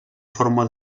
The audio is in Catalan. forma